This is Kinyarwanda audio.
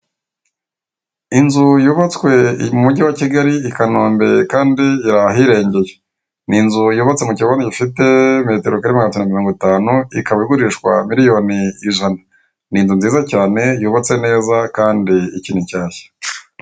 Inzu yubatswe mu mujyi wa Kigali Ikanombe kandi iri ahirengeye ni inzu yubatse mu kibanza gifite metero kare magana atatu mirongo itanu, ikaba igurishnwa miliyoni ijana ni inzu nziza cyane yubatse neza kandi ikiri nshyashya.